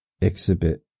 exhibit